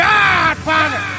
Godfather